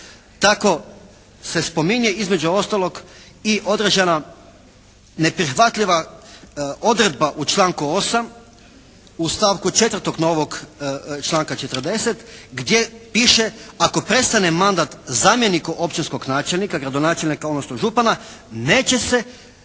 Tako se spominje između ostalog i održana neprihvatljiva odredba u članku 8. u stavku 4. novog članka 40. gdje piše ako prestane mandat zamjeniku općinskog načelnika, gradonačelnika odnosno župana neće se